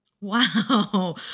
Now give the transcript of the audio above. Wow